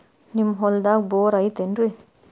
ನಿಮ್ಮ ಹೊಲ್ದಾಗ ಬೋರ್ ಐತೇನ್ರಿ?